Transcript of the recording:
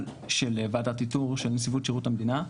של ועדת איתור של נציבות שירות המדינה.